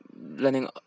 learning